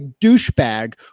douchebag